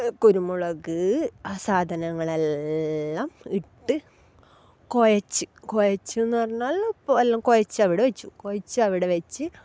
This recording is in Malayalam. കുരുമുളക് ആ സാധനങ്ങളെല്ലാം ഇട്ട് കുഴച്ച് കുഴച്ച് എന്ന് പറഞ്ഞാൽ എല്ലാം കുഴച്ച് അവിടെ വച്ചു കുഴച്ച് അവിടെ വച്ച്